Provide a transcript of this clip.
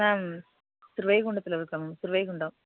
ma'am திருவைகுண்டத்தில் இருக்கேன் ma'am Thiruvaikundam